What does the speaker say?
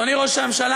אדוני ראש הממשלה,